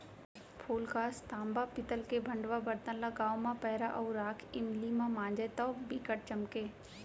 फूलकास, तांबा, पीतल के भंड़वा बरतन ल गांव म पैरा अउ राख इमली म मांजय तौ बिकट चमकय